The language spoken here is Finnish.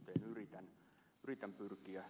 täsmällisyyteen yritän pyrkiä